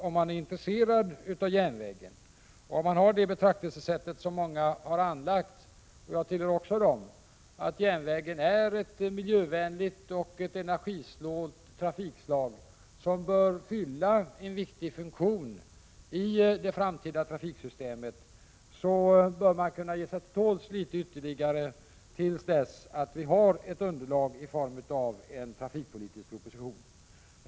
Om man är intresserad av järnvägen och har det betraktelsesätt som många har anlagt — även jag tillhör dem — att järnvägen är ett miljövänligt och energisnålt trafikslag som bör fylla en viktig funktion i det framtida trafiksystemet, bör mani stället kunna ge sig till tåls något ytterligare, till dess vi har ett underlagi form av en trafikpolitisk proposition.